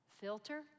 Filter